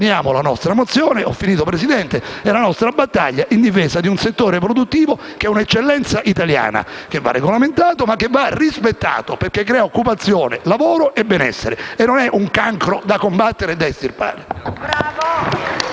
manteniamo la nostra mozione e la nostra battaglia in difesa di un settore produttivo che è un'eccellenza italiana, che deve essere regolamentato, ma anche rispettato, perché crea occupazione, lavoro e benessere e non è un cancro da combattere e da estirpare.